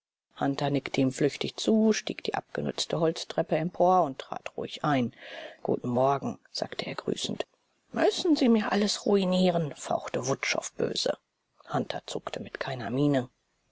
nickte ihm flüchtig zu stieg die abgenützte holztreppe empor und trat ruhig ein guten morgen sagte er grüßend müssen sie mir alles ruinieren fauchte wutschow böse hunter zuckte mit keiner miene